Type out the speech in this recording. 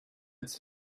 its